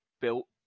built